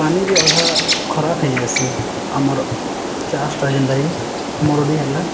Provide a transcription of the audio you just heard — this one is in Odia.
ପାନିରେ ଅଧା ଖରାପ ହେଇଯାସି ଆମର ଚାଷ୍ଟା ଯେନ୍ତାକି ମରୁଡ଼ି ହେଲା